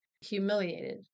humiliated